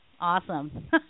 Awesome